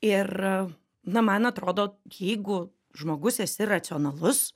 ir na man atrodo jeigu žmogus esi racionalus